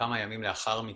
כמה ימים לאחר מכן,